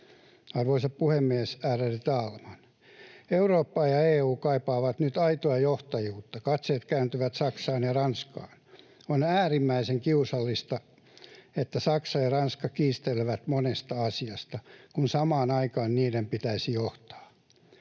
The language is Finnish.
Arvoisa puhemies, ärade talman! Eurooppa ja EU kaipaavat nyt aitoa johtajuutta. Katseet kääntyvät Saksaan ja Ranskaan. On äärimmäisen kiusallista, että Saksa ja Ranska kiistelevät monesta asiasta, kun samaan aikaan niiden pitäisi johtaa